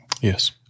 Yes